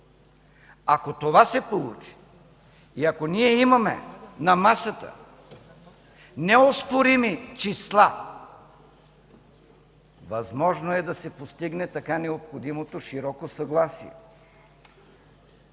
Ако това се получи и ако ние имаме на масата неоспорими числа, възможно е да се постигне така необходимото широко съгласие.